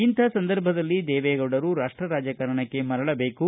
ಇಂಥ ಸಂದರ್ಭದಲ್ಲಿ ದೇವೇಗೌಡರು ರಾಷ್ಟ ರಾಜಕಾರಣಕ್ಕೆ ಮರಳಬೇಕು